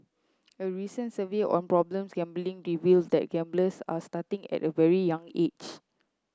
a recent survey on problems gambling reveals that gamblers are starting at very young age